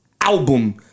album